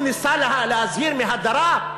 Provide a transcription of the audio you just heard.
הוא ניסה להזהיר מהדרה?